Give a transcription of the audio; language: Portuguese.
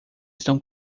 estão